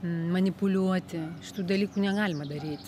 manipuliuoti šitų dalykų negalima daryt